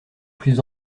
plus